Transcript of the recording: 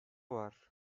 var